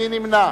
מי נמנע?